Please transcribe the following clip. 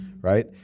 Right